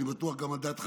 אני בטוח גם על דעת חבריי,